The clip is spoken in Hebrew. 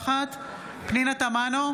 פנינה תמנו,